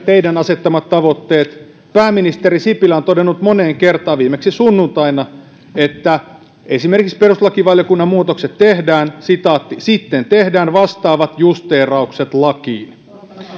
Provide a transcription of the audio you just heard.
teidän asettamanne tavoitteet ja pääministeri sipilä on todennut moneen kertaan viimeksi sunnuntaina että esimerkiksi perustuslakivaliokunnan muutokset tehdään sitten tehdään vastaavat justeeraukset lakiin